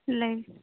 ꯂꯩ